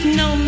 no